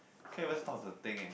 can't even stop to think eh